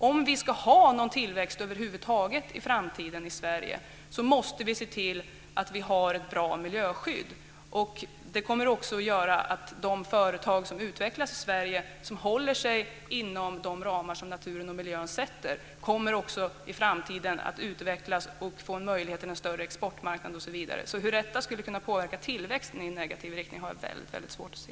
Om vi i framtiden ska ha någon tillväxt över huvud taget i Sverige måste vi se till att vi har ett bra miljöskydd. Det leder också till att de företag som utvecklas i Sverige och som håller sig inom de ramar som naturen och miljön sätter upp kommer också att t.ex. få tillgång till större exportmarknader. Hur detta skulle påverka tillväxten i negativ riktning har jag väldigt svårt att se.